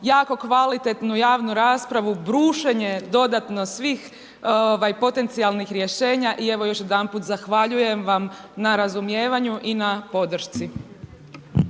jako kvalitetnu javnu raspravu, brušenje dodatno svih potencijalnih rješenja i evo još jedanput zahvaljujem vam na razumijevanju i na podršci.